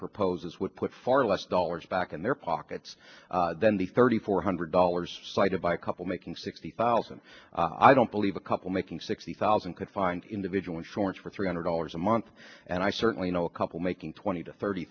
proposes would put far less dollars back in their pockets than the thirty four hundred dollars cited by a couple making sixty thousand i don't believe a couple making sixty thousand could find individual insurance for three hundred dollars a month and i certainly know a couple making twenty to thirty